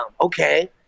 okay